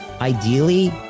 Ideally